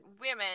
women